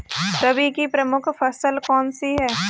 रबी की प्रमुख फसल कौन सी है?